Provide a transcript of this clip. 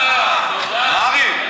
נהרי,